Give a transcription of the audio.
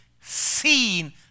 seen